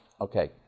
Okay